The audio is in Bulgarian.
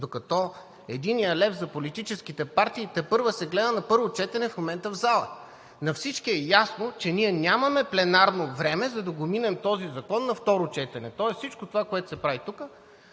докато единият лев за политическите партии тепърва се гледа на първо четене в залата. На всички е ясно, че ние нямаме пленарно време, за да минем този закон на второ четене. Тоест всичко това, което се прави тук,